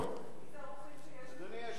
מי האורחים האלה?